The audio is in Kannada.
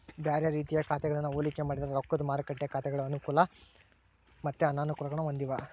ಬ್ಯಾರೆ ರೀತಿಯ ಖಾತೆಗಳನ್ನ ಹೋಲಿಕೆ ಮಾಡಿದ್ರ ರೊಕ್ದ ಮಾರುಕಟ್ಟೆ ಖಾತೆಗಳು ಅನುಕೂಲ ಮತ್ತೆ ಅನಾನುಕೂಲಗುಳ್ನ ಹೊಂದಿವ